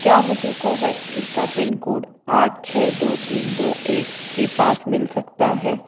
क्या मुझे कोवोवैक्स टीका पिन कोड आठ छः दो तीन दो एक के पास मिल सकता है